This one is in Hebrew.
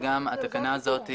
התקנה הזאת,